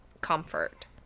comfort